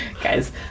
Guys